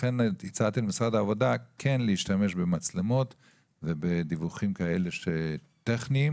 לכן הצעתי למשרד העבודה כן להשתמש במצלמות ובדיווחים כאלה טכניים